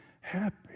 happy